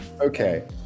Okay